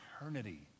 eternity